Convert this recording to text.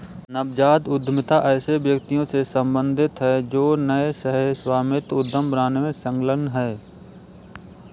नवजात उद्यमिता ऐसे व्यक्तियों से सम्बंधित है जो नए सह स्वामित्व उद्यम बनाने में संलग्न हैं